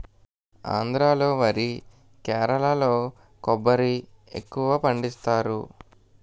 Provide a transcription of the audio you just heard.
ఆంధ్రా లో వరి కేరళలో కొబ్బరి ఎక్కువపండిస్తారు